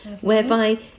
Whereby